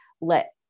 let